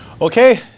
Okay